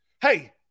Hey